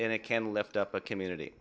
and it can lift up a community